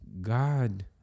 God